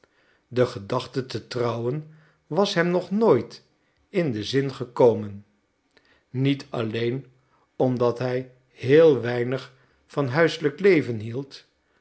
de gedachte te trouwen was hem nog nooit in den zin gekomen niet alleen omdat hij heel weinig van huiselijk leven hield